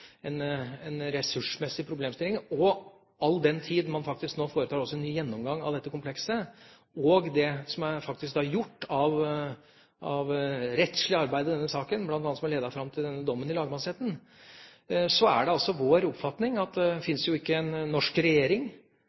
nå foretar en gjennomgang av dette komplekset og det som er gjort av rettslig arbeid i denne saken, bl.a. det som har ledet fram til denne dommen i lagmannsretten, er det vår oppfatning at det ikke fins en norsk regjering